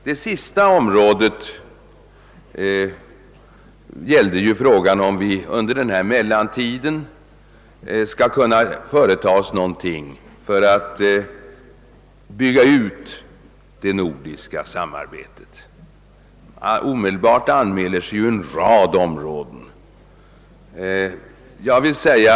Den sista frågan gällde huruvida vi under denna mellantid skall kunna företa oss någonting för att bygga ut det nordiska samarbetet. Omedelbart dyker det upp en rad områden.